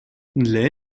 для